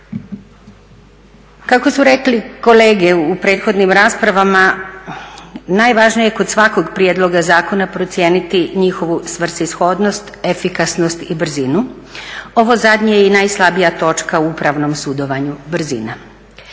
Kako su rekli kolege u prethodnim raspravama najvažnije je kod svakog prijedloga zakona procijeniti njihovu svrsishodnost, efikasnost i brzinu. Ovo zadnje je i najslabija točka u upravnom sudovanju – brzina.